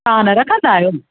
तव्हां न रखंदा आहियो